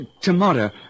Tomorrow